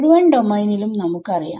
മുഴുവൻ ഡോമെയിനിലും നമുക്ക് അറിയാം